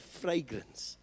fragrance